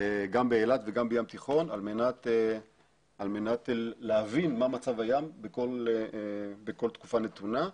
גם באילת וגם בים התיכון על מנת להבין מה מצב הים בכול תקופה נתונה.